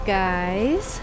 guys